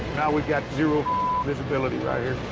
now we've got zero visibility right here.